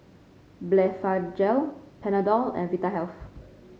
Blephagel Panadol and Vitahealth